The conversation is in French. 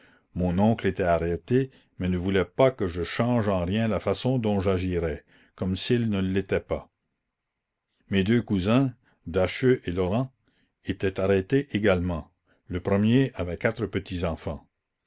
mon oncle était arrêté mais ne voulait pas que je change en rien la façon dont j'agirais comme s'il ne l'était pas mes deux cousins dacheux et laurent étaient arrêtés également le premier avait quatre